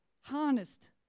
harnessed